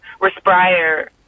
respire